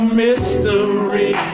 mystery